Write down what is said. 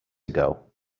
ago